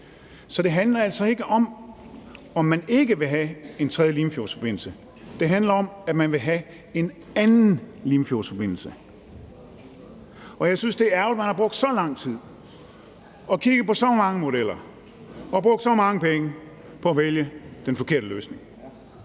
Så det handler altså ikke om, at man ikke vil have en tredje Limfjordsforbindelse. Det handler om, at man vil have en anden Limfjordsforbindelse. Jeg synes, det er ærgerligt, at man har brugt så lang tid og kigget på så mange modeller og brugt så mange penge på at vælge den forkerte løsning.